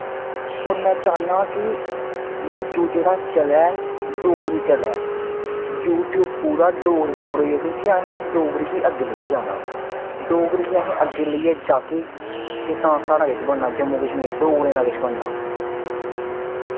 होर में चाह्नां की मौजू जेह्ड़ा चलै डोगरी चलै यूट्यूब मतलब कि डोगरी असें डोगरी गी अग्गें लेइयै जाना डोगरी गी अस अग्गें लेइयै जाह्गे तां साढ़ा किश बनना जम्मू कश्मीर डोगरें दा किश बनना